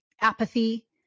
apathy